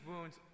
wounds